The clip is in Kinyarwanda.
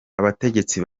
abategetsi